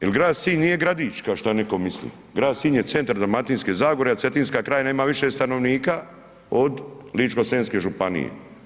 Jel grad Sinj nije gradić kao što netko misli, grad Sinj je centar Dalmatinske zagore, a Cetinska krajina ima više stanovnika od Lično-senjske županije.